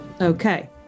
Okay